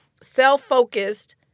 self-focused